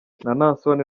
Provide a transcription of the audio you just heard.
naason